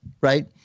right